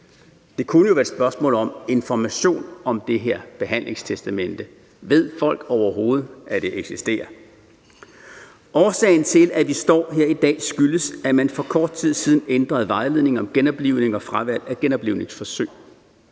Det kunne jo være et spørgsmål om information om det her behandlingstestamente. Ved folk overhovedet, at det eksisterer? Årsagen til, at vi står her i dag, er, at man for kort tid siden ændrede vejledningen om genoplivning og fravalg af genoplivningsforsøg.